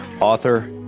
author